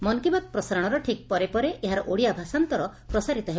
ମନ୍ କି ବାତ୍ ପ୍ରସାରଣର ଠିକ୍ ପରେ ପରେ ଏହାର ଓଡ଼ିଆ ଭାଷାନ୍ତର ପ୍ରସାରିତ ହେବ